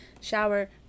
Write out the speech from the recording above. shower